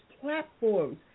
platforms